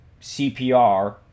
cpr